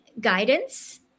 guidance